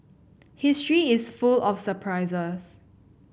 history is full of surprises